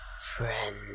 Friends